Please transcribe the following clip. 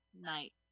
Night